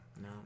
No